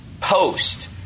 post